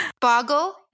Boggle